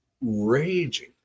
raging